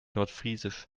nordfriesisch